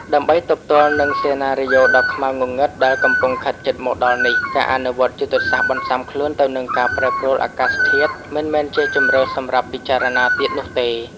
ដើម្បីទប់ទល់នឹងសេណារីយ៉ូដ៏ខ្មៅងងឹតដែលកំពុងខិតជិតមកដល់នេះ ការអនុវត្តយុទ្ធសាស្ត្របន្សុាំខ្លួនទៅនឹងការប្រែប្រួលអាកាសធាតុមិនមែនជាជម្រើសសម្រាប់ពិចារណាទៀតនោះទេ។